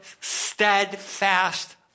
steadfast